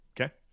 Okay